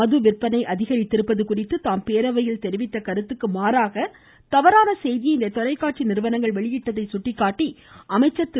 மது விற்பனை அதிகரித்த்திருப்பது குறித்து தாம் பேரவையில் தெரிவித்த கருத்துக்கு மாறாக தவறான செய்தியை இந்த தொலைகாட்சி நிறுவனங்கள் வெளியிட்டதை சுட்டிக்காட்டி அமைச்சர் திரு